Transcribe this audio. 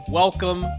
welcome